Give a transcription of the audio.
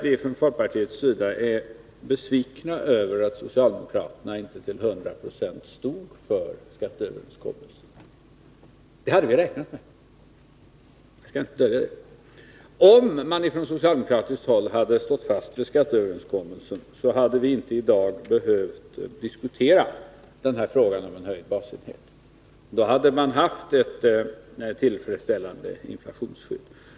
Vi från folkpartiet är besvikna över att socialdemokraterna inte till 100 26 stod fast vid skatteöverenskommelsen. Det hade vi räknat med. Det skall jag inte dölja. Om socialdemokraterna hade stått fast vid skatteöverenskommelsen, hade vi i dag inte behövt diskutera frågan om en höjd basenhet. Då hade man haft ett tillfredsställande inflationsskydd.